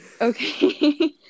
Okay